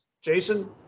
Jason